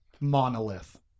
monolith